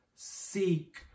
seek